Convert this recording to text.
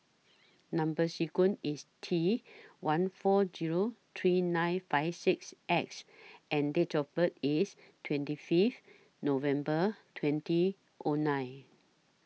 Number sequence IS T one four Zero three nine five six X and Date of birth IS twenty Fifth November twenty O nine